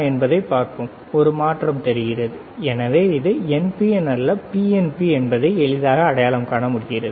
என்பதை பார்ப்போம் ஒரு மாற்றம் தெரிகிறது எனவே இது NPN அல்ல PNP என்பதை எளிதாக அடையாளம் காண முடிகிறது